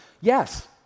Yes